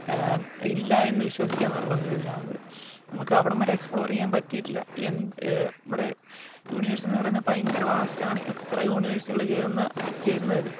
ഇല്ല എന്ന് വിശ്വസിക്കാൻ നിർബന്ധിതരാകുന്നത് നമുക്ക് അവിടം വരെ എക്സ്പ്ലോർ ചെയ്യാൻ പറ്റിയിട്ടില്ല ഇവിടെ യൂണിവേഴ്സ് എന്നു പറയുന്ന ഭയങ്കര വാസ്റ്റാണ് എത്ര യൂണിവേഴ്സുകൾ ചേരുന്ന ചേരുന്ന ഇത്